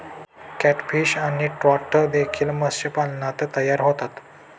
catfish आणि trout देखील मत्स्यपालनात तयार होतात